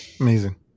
Amazing